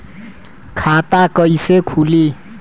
खाता कईसे खुली?